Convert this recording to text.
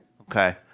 Okay